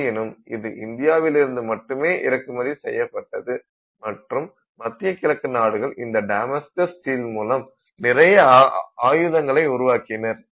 ஆயினும் இது இந்தியாவிலிருந்து மட்டுமே இறக்குமதி செய்யப்பட்டது மற்றும் மத்திய கிழக்கு நாடுகள் இந்த டமாஸ்கஸ் ஸ்டீல் மூலம் நிறைய ஆயுதங்களை உருவாக்கினர்